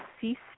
ceased